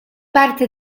parte